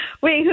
Wait